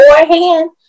beforehand